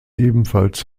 ebenfalls